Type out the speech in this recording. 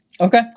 Okay